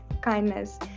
kindness